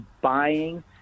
Buying